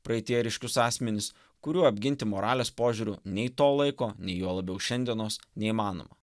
praeityje ryškius asmenis kurių apginti moralės požiūriu nei to laiko nei juo labiau šiandienos neįmanoma